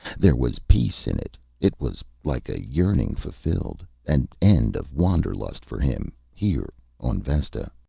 there was peace in it it was like a yearning fulfilled. an end of wanderlust for him, here on vesta.